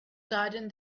garden